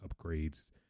upgrades